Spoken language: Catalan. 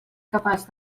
capaç